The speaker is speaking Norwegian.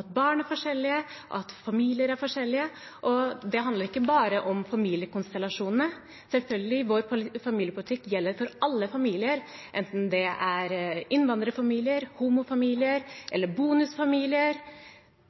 at barn er forskjellige, og at familier er forskjellige. Det handler ikke bare om familiekonstellasjonene, selvfølgelig gjelder vår familiepolitikk for alle familier enten det er innvandrerfamilier, homofamilier eller bonusfamilier.